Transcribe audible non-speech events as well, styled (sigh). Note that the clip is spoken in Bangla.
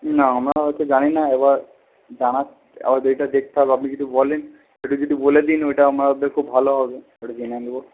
না আমরা অত জানি না এবার (unintelligible) দেখতে হবে আপনি যদি বলেন একটু যদি বলে দিন ওইটা আমাদের খুব ভালো হবে আমরা জেনে নেব